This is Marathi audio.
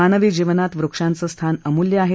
मानवी जीवनात वृक्षाचं स्थान अमुल्य आहे